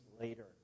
later